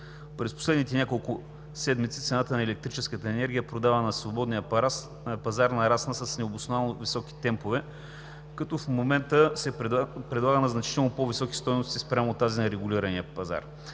През последните няколко седмици цената на електрическата енергия, продавана на свободния пазар, нарасна с необосновано високи темпове, като в момента се предлага на значително по високи стойности спрямо тази на регулирания пазар.